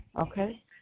okay